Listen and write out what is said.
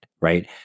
right